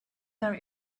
there